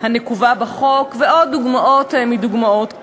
הנקובה בחוק, ועוד דוגמאות מדוגמאות דומות.